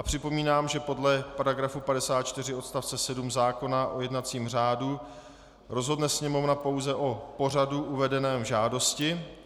Připomínám, že podle § 54 odst. 7 zákona o jednacím řádu rozhodne Sněmovna pouze o pořadu uvedeném v žádosti.